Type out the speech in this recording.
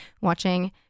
watching